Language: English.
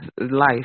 life